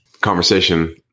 conversation